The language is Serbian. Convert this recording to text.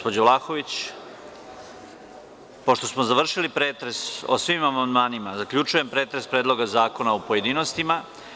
Pošto smo završili pretres o svim amandmanima, zaključujem pretres Predloga zakona, u pojedinostima.